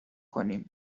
کنیم